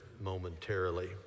momentarily